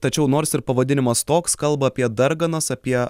tačiau nors ir pavadinimas toks kalba apie darganas apie